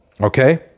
Okay